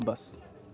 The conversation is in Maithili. बस